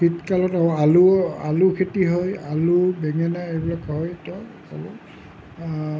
শীতকালত আলু আলু খেতি হয় আলু বেঙেনা এইবিলাক হয়